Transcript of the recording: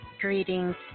greetings